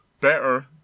better